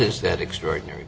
is that extraordinary